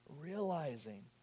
realizing